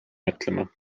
mõtlema